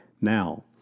Now